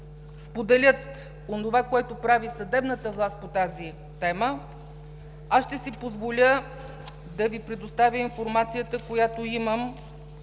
споделят онова, което прави съдебната власт по тази тема, ще си позволя да Ви предоставя информацията, която имам